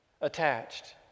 attached